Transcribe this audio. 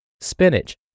spinach